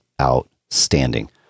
outstanding